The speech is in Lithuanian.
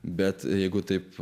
bet jeigu taip